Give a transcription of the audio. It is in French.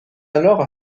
alors